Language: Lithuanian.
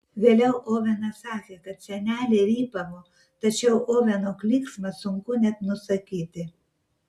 vėliau ovenas sakė kad senelė rypavo tačiau oveno klyksmą sunku net nusakyti